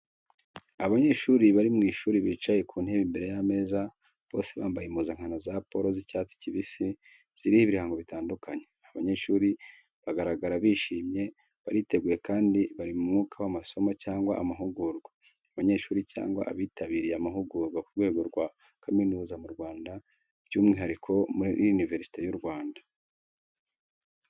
Abanyeshuri bari mu ishuri bicaye ku ntebe imbere y’ameza. Bose bambaye impuzankano za polo z’icyatsi kibisi ziriho ibirango bitandukanye. Abanyeshuri bagaragara bishimye, bariteguye kandi bari mu mwuka w’amasomo cyangwa amahugurwa. Abanyeshuri cyangwa abitabiriye amahugurwa ku rwego rwa kaminuza mu Rwanda by’umwihariko muri Univerisite y'u Rwanda.